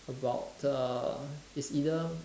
about the is either